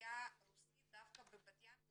שהאוכלוסייה הרוסית דווקא בבת ים היא